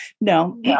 no